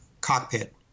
cockpit